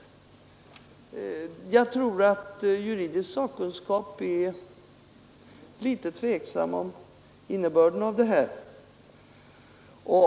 Jag tror att juridisk sakkunskap är något tveksam om innebörden av denna skrivning.